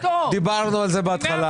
דיברנו על זה בהתחלה.